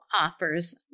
offers